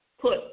put